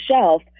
shelf